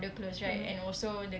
mmhmm